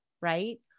right